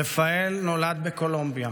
רפאל נולד בקולומביה